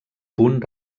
punt